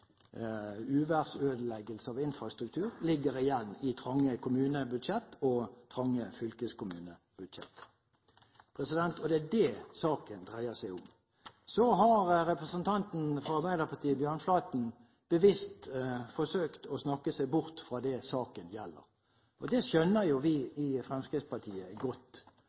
uværsødeleggelser av infrastruktur ligger igjen i trange kommunebudsjett og trange fylkeskommunebudsjett. Det er det saken dreier seg om. Representanten Bjørnflaten fra Arbeiderpartiet har bevisst forsøkt å snakke seg bort fra det saken gjelder. Det skjønner vi i Fremskrittspartiet godt,